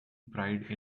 pride